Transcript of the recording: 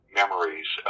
memories